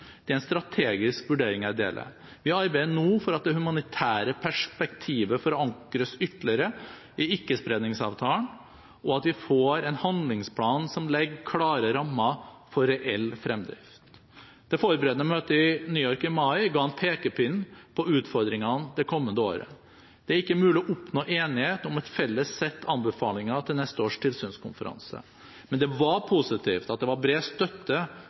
Det er en strategisk vurdering jeg deler. Vi arbeider nå for at det humanitære perspektivet forankres ytterligere i Ikkespredningsavtalen, og at vi får en handlingsplan som legger klare rammer for reell fremdrift. Det forberedende møtet i New York i mai ga en pekepinn på utfordringene det kommende året. Det er ikke mulig å oppnå enighet om et felles sett anbefalinger til neste års tilsynskonferanse. Men det var positivt at det var bred støtte